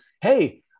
Hey